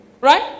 Right